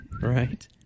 Right